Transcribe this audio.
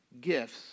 gifts